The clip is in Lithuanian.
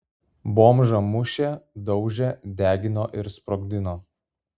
bomžą mušė daužė degino ir sprogdino